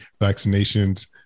vaccinations